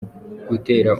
gutera